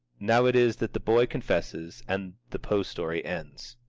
now it is that the boy confesses and the poe story ends.